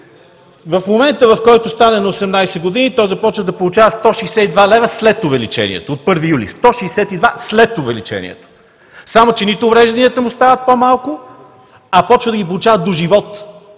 В момента, когато стане на 18 години, то започва да получава 162 лв. след увеличението от 1 юли. Сто шестдесет и два лева след увеличението! Само че нито уврежданията му стават по-малко, а започва да ги получава до живот.